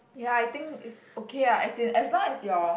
ya I think it's okay ah as in as long as your